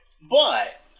But-